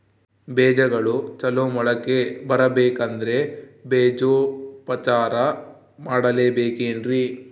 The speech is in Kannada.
ಬೇಜಗಳು ಚಲೋ ಮೊಳಕೆ ಬರಬೇಕಂದ್ರೆ ಬೇಜೋಪಚಾರ ಮಾಡಲೆಬೇಕೆನ್ರಿ?